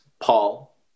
paul